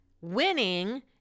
winning